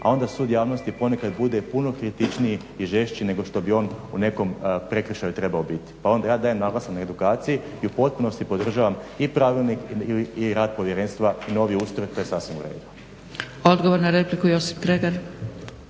a onda sud javnosti ponekad bude puno kritičniji i žešći nego što bi on u nekom prekršaju trebao biti. Pa onda ja dajem naglasak na edukaciju i u potpunosti podržavam i pravilnik i rad povjerenstva i novi ustroj, to je sasvim u redu.